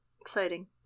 Exciting